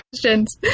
questions